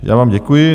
Já vám děkuji.